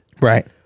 Right